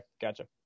gotcha